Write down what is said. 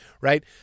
right